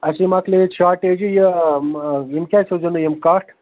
اَسی مۅکلے ییٚتہِ شاٹیجٕے یہِ آ یِم کیٛازِ سوٗزوٕ نہٕ یِم کَٹھ